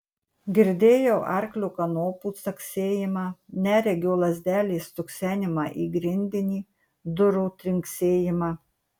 girdėjau arklio kanopų caksėjimą neregio lazdelės stuksenimą į grindinį durų trinksėjimą